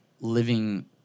living